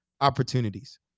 opportunities